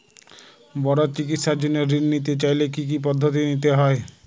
বড় চিকিৎসার জন্য ঋণ নিতে চাইলে কী কী পদ্ধতি নিতে হয়?